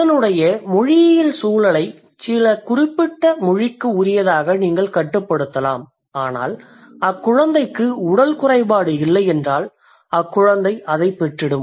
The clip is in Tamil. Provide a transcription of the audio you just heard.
அதனுடைய மொழியியல் சூழலைச் சில குறிப்பிட்ட மொழிக்கு உரியதாகக் நீங்கள் கட்டுப்படுத்தலாம் ஆனால் அக்குழந்தைக்கு உடல் குறைபாடு இல்லையென்றால் அக்குழந்தை அதைப் பெற்றிடும்